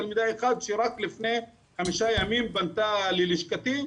שרק לפני חמישה ימים פנתה ללשכתי,